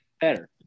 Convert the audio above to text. Better